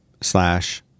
slash